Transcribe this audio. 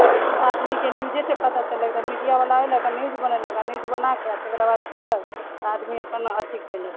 आदमीके न्यूजे से पता चललक तऽ मीडिया बला ऐलक न्यूज बनेलक आ न्यूज बनाके तकरा बाद गेलक तऽ आदमी अपन अथि कयलक